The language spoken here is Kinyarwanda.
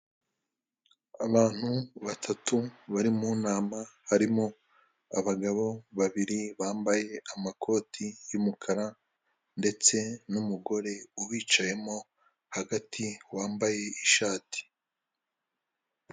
Icyapa kiriho umuntu wambaye itaburiya y'umweru. Uwo twakwita nka muganga afashe imashini mu ntoki yayishyize ku wundi muntu. Ni imashini ipima ibijyanye n'uko umutima utera, ndetse hariho itangazo ryamamariza ikigo cy'ubwishingizi cya Radiyanti.